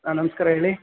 ಹಾಂ ನಮಸ್ಕಾರ ಹೇಳಿ